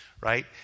right